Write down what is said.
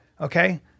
okay